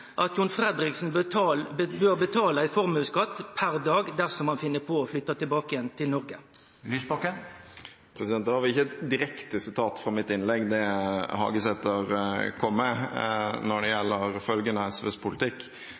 at John Fredriksen bør betale i formuesskatt per dag dersom han finn på å flytte tilbake igjen til Noreg? Det var vel ikke et direkte sitat fra mitt innlegg Hagesæter kom med når det gjelder følgene av Sosialistisk Venstrepartis politikk.